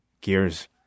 gears